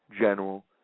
general